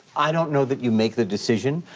i don't know that you make the decision.